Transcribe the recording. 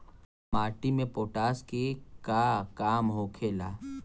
माटी में पोटाश के का काम होखेला?